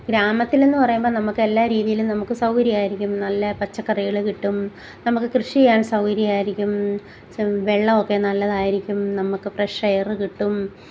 ഗ്രാമത്തിലെന്ന് പറയുമ്പം നമ്മൾക്ക് എല്ലാ രീതിയിലും നമ്മൾക്ക് സൗകര്യമായിരിക്കും നല്ല പച്ചക്കറികൾ കിട്ടും നമ്മൾക്ക് കൃഷി ചെയ്യാൻ സൗകര്യമായിരിക്കും വെള്ളമൊക്കെ നല്ലതായിരിക്കും നമ്മൾക്ക് ഫ്രഷ് എയറ് കിട്ടും